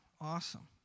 Awesome